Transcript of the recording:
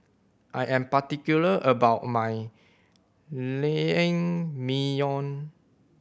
I am particular about my Naengmyeon